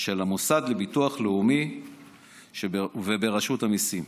של המוסד לביטוח לאומי וברשות המיסים.